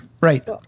Right